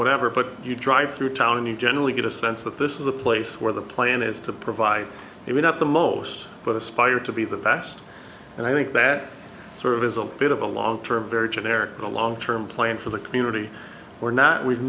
whatever but you drive through town and you generally get a sense that this is a place where the plan is to provide if not the most but aspire to be the best and i think that sort of is a bit of a long term very generic a long term plan for the community we're not we've